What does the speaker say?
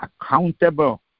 accountable